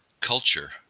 culture